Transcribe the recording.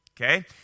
Okay